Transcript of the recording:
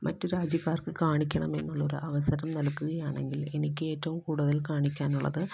മറ്റു രാജ്യക്കാര്ക്ക് കാണിക്കണമെന്നുള്ള ഒരവസരം നല്കുകയാണെങ്കില് എനിക്കേറ്റവും കൂട്തല് കാണിക്കാനുള്ളത്